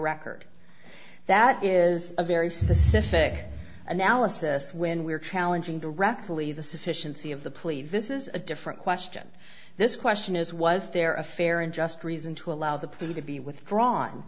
record that is a very specific analysis when we're challenging directly the sufficiency of the plea this is a different question this question is was there a fair and just reason to allow the plea to be withdrawn